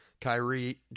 Kyrie